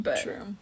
True